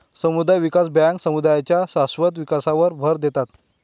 समुदाय विकास बँका समुदायांच्या शाश्वत विकासावर भर देतात